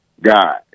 God